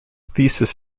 thesis